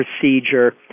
procedure